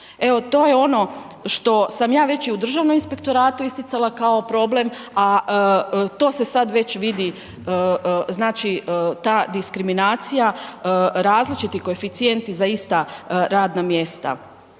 Evo to je ono što sam ja već i u Državnom inspektoratu isticala kao problem a to se sad već vidi, znači ta diskriminacija, različiti koeficijenti za ista radna mjesta.